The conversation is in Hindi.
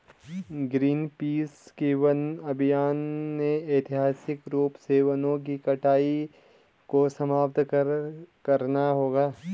ग्रीनपीस के वन अभियान ने ऐतिहासिक रूप से वनों की कटाई को समाप्त करना होगा